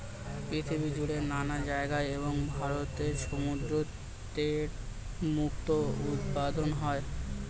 পৃথিবী জুড়ে নানা জায়গায় এবং ভারতের সমুদ্র তটে মুক্তো উৎপাদন হয়